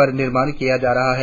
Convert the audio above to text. पर निर्माण किया जा रहा है